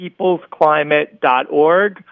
peoplesclimate.org